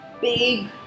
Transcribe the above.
big